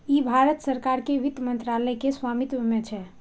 ई भारत सरकार के वित्त मंत्रालय के स्वामित्व मे छै